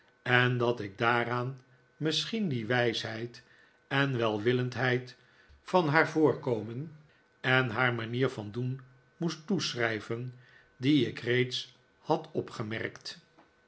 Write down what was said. en dat ik daaraan misschien die wijsheid en welwillendheid van haar voorkomen en haar manier van doen moest toeschrijven die ik reeds had opgemerkt